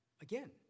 again